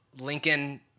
Lincoln